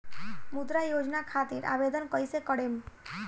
मुद्रा योजना खातिर आवेदन कईसे करेम?